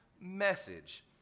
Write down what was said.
message